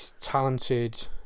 talented